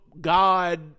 God